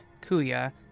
Kuya